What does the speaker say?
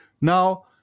Now